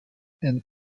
and